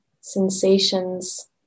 sensations